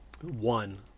one